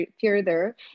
further